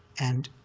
and